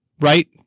Right